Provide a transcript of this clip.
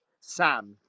Sam